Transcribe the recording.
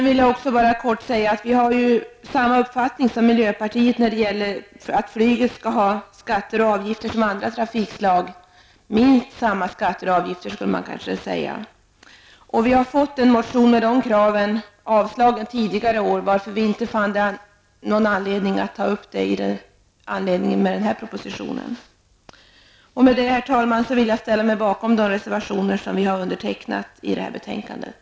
Vi har samma uppfattning som miljöpartiet när det gäller att flyget skall belastas med minst samma skatter och avgifter som andra trafikslag. Tidigare år har en motion med det kravet avslagits. Därför fann vi ingen anledning att ta upp denna fråga i samband med den här propositionen. Herr talman! Med detta vill jag ställa mig bakom de reservationer som vi har undertecknat i det här betänkandet.